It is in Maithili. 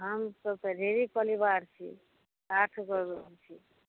हमसभ तऽ ढ़ेरीक परिवार छी आठगो छी